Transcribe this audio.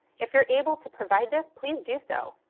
if you're able to provide this, please do so.